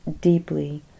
deeply